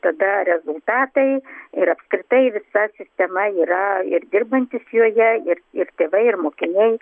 tada rezultatai ir apskritai visa sistema yra ir dirbantys joje ir ir tėvai ir mokiniai